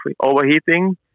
overheating